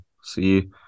See